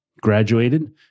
graduated